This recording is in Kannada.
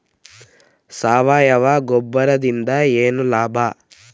ಸಾವಯವ ಗೊಬ್ಬರದಿಂದ ಏನ್ ಲಾಭ?